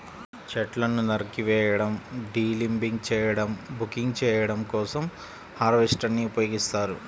చెట్లను నరికివేయడం, డీలింబింగ్ చేయడం, బకింగ్ చేయడం కోసం హార్వెస్టర్ ని ఉపయోగిస్తారు